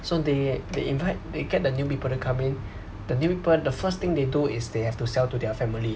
so they they invite you get the new people to come in the new people the first thing they do is they have to sell to their family